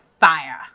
fire